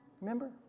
Remember